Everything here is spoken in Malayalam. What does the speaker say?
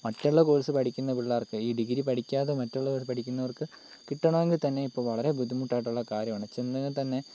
മറ്റുള്ള കോഴ്സ് പഠിക്കുന്ന പിള്ളേർക്ക് ഈ ഡിഗ്രി പഠിക്കാതെ മറ്റുള്ളവർ പഠിക്കുന്നവർക്ക് കിട്ടണമെങ്കിൽ തന്നെ ഇപ്പോൾ വളരെ ബുദ്ധിമുട്ടായിട്ടുള്ള കാര്യമാണ് ചെന്നതിൽ തന്നെ